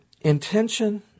Intention